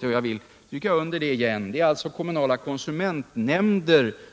Jag vill återigen betona att vad som är det intressanta här, det är de kommunala konsumentnämnderna.